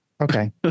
Okay